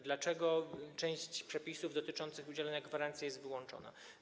Dlaczego część przepisów dotyczących udzielania gwarancji jest wyłączona?